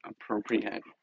appropriate